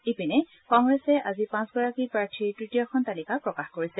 ইপিনে কংগ্ৰেছে আজি পাঁচগৰাকী প্ৰাৰ্থীৰ তৃতীয়খন তালিকা প্ৰকাশ কৰিছে